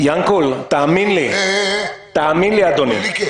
תאמין לי, אדוני.